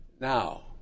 Now